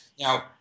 Now